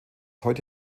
heute